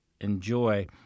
enjoy